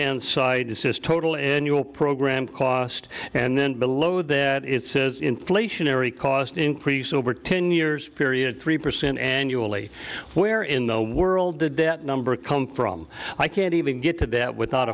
hand side says total annual program cost and then below that it says inflationary cost increase over ten years period three percent annually where in the world did that number come from i can't even get to that without